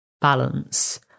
balance